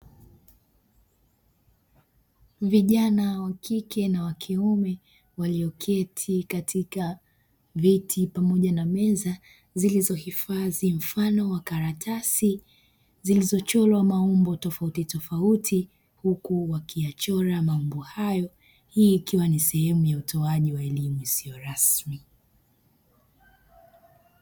Vijana wa kike na wa kiume walioketi katika viti pamoja na meza zilizohifadhi mfano wa karatasi zilizochorwa maumbo tofauti tofauti, huku wakichora maumbo hayo, hii ikiwa ni sehemu ya utoaji wa elimu isiyo rasmi